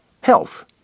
health